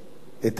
את האמת